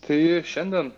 tai šiandien